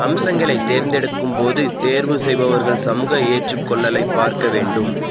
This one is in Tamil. அம்சங்களைத் தேர்ந்தெடுக்கும் போது தேர்வு செய்பவர்கள் சமூக ஏற்றுக்கொள்ளலைப் பார்க்க வேண்டும்